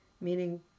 meaning